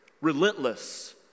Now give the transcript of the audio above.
Relentless